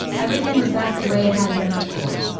everything was back the way it had been before.